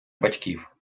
батьків